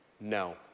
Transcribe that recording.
No